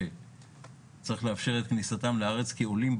צריך לאפשר את כניסתם לארץ כעולים,